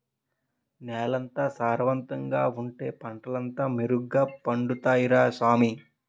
నేలెంత సారవంతంగా ఉంటే పంటలంతా మెరుగ్గ పండుతాయ్ రా సామీ